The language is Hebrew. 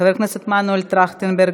חבר הכנסת מנואל טרכטנברג,